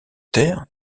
terre